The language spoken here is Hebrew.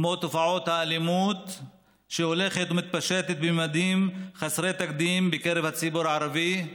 כמו תופעת האלימות שהולכת ומתפשטת בממדים חסרי תקדים בקרב הציבור הערבי.